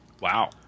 Wow